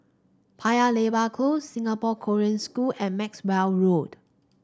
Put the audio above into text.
Paya Lebar Close Singapore Korean School and Maxwell Road